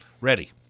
Ready